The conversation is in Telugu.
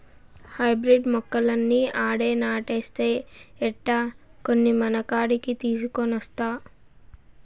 హైబ్రిడ్ మొక్కలన్నీ ఆడే నాటేస్తే ఎట్టా, కొన్ని మనకాడికి తీసికొనొస్తా